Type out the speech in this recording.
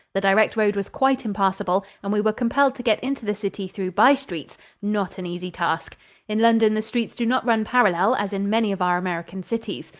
the direct road was quite impassable and we were compelled to get into the city through by-streets not an easy task in london the streets do not run parallel as in many of our american cities.